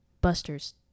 Buster's